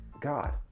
God